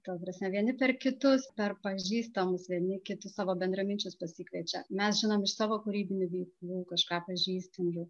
ta prasme vieni per kitus per pažįstamus vieni kitus savo bendraminčius pasikviečia mes žinom iš savo kūrybinių veiklų kažką pažįstam jau